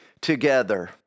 together